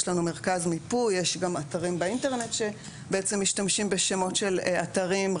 יש לנו מרכז מיפוי ויש גם אתרים באינטרנט שמשתמשים בשמות של אתרים,